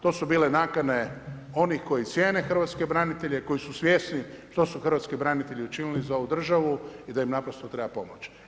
To su bile nakane onih koji cijene hrvatske branitelje, koji su svjesni što su hrvatski branitelji učinili za ovu državu i da im naprosto treba pomoći.